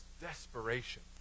desperation